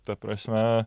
ta prasme